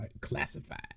Classified